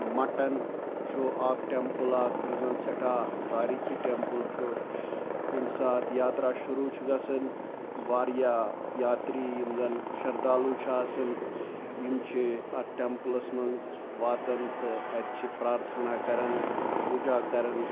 mutton چھُ اَکھ temple اَکھ یُس زَن سٮ۪ٹھاہ تٲریٖخی ٹٮ۪مپٕل چھُ ییٚمہِ ساتہٕ یاترا شروع چھِ گَژھان واریاہ یاترٛی یِم زَن شَردالوٗ چھِ آسان یِم چھِ اَتھ ٹٮ۪مپٕلَس منٛز واتان تہٕ اَتہِ چھِ پرٛارتھنہ کَران پوٗجا کَران